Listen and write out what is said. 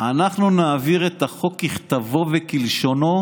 אנחנו נעביר את החוק ככתבו וכלשונו,